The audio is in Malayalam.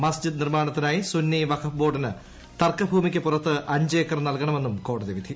മസ്ജിദ് നിർമ്മാണത്തിനായി സുന്നി വഖഫ്പ് ബോർഡിന് തർക്കഭൂമിക്ക് പുറത്ത് അഞ്ച് ഏക്കർ നല്കണമെന്നും കോടതി വിധി